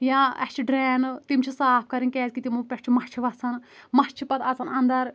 یا اسہِ چھِ ڈرینہٕ تِم چھِ صاف کَرٕنۍ کیازکہِ تِمو پٮ۪ٹھ چھِ مَچھِ وَتھان مَچھ چھِ پَتہٕ اَژان انٛدَر